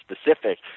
specific